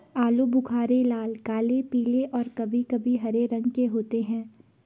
आलू बुख़ारे लाल, काले, पीले और कभी कभी हरे रंग के होते हैं